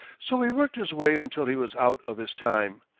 so he worked his way until he was out of his time,